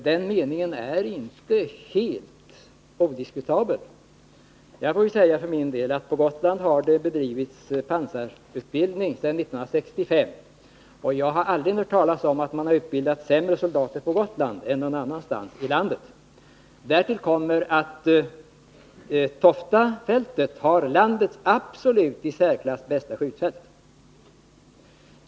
Den meningen är inte helt odiskutabel. Jag vill peka på att det har bedrivits pansarutbildning på Gotland sedan 1965, och jag har för min del aldrig hört talas om att man har utbildat sämre soldater på Gotland än någon annanstans i landet. Därtill kommer att Toftafältet är landets i särklass bästa skjutfält.